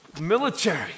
Military